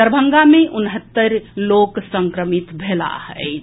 दरभंगा मे उनहत्तरि लोक संक्रमित भेलाह अछि